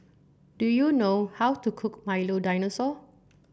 do you know how to cook Milo Dinosaur